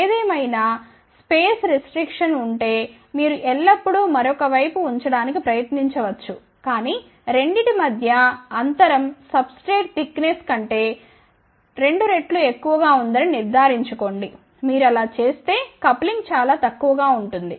ఏదేమైనా స్థల పరిమితి ఉంటే మీరు ఎల్లప్పుడూ మరొక వైపు ఉంచడానికి ప్రయత్నించవచ్చు కాని రెండింటి మధ్య అంతరం సబ్ స్ట్రేట్ తిక్నెస్ కంటే 2 రెట్లు ఎక్కువగా ఉందని నిర్ధారించుకోండి మీరు అలా చేస్తే కప్లింగ్ చాలా తక్కువగా ఉంటుంది